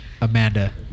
Amanda